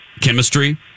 chemistry